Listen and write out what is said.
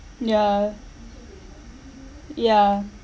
yeah yeah